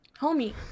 homie